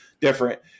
different